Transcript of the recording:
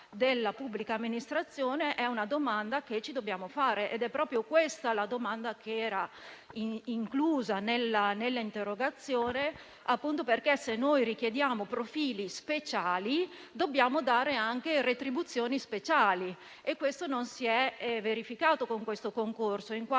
della pubblica amministrazione è una domanda che ci dobbiamo fare. È proprio questa la domanda contenuta nell'interrogazione, proprio perché, appunto, se richiediamo profili speciali, dobbiamo dare anche retribuzioni speciali, e questo non si è verificato con il concorso, in quanto